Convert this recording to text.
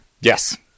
Yes